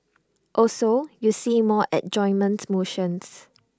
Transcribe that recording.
also you see more adjournment motions